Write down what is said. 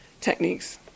techniques